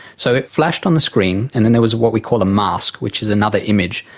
so it flashed on the screen and then there was what we call a mask, which is another image,